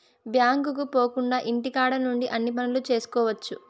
బ్యాంకుకు పోకుండా ఇంటికాడ నుండి అన్ని పనులు చేసుకోవచ్చు